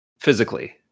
physically